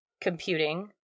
computing